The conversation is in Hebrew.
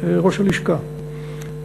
ראש הלשכה,